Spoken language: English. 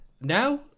now